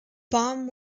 bomb